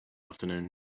afternoon